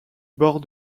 bords